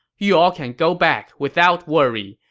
you all can go back without worry.